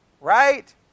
right